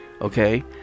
okay